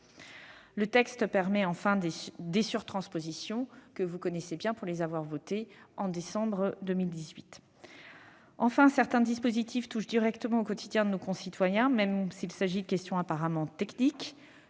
Le texte permet aussi certaines surtranspositions que vous connaissez bien pour les avoir votées en décembre 2018. Enfin, certains dispositifs touchent directement au quotidien de nos concitoyens, même s'il agit de questions apparemment techniques.